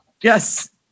Yes